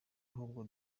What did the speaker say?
ahubwo